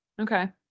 Okay